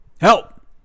Help